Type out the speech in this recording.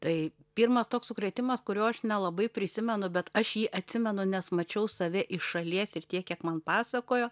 tai pirmas toks sukrėtimas kurio aš nelabai prisimenu bet aš jį atsimenu nes mačiau save iš šalies ir tiek kiek man pasakojo